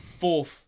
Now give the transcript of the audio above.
fourth